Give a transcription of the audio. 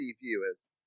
viewers